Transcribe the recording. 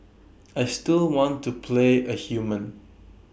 I still want to play A human